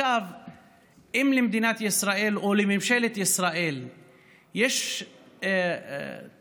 אם למדינת ישראל או ממשלת ישראל יש טיעונים